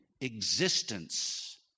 existence